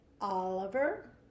Oliver